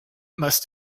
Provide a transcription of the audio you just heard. must